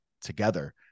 together